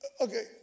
Okay